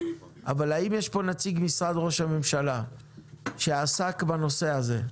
אבל האם יש פה נציג משרד ראש הממשלה שעסק בנושא הזה?